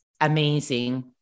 amazing